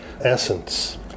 essence